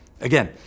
again